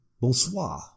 bonsoir